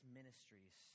ministries